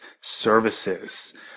Services